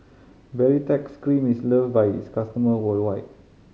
Baritex Cream is loved by its customer worldwide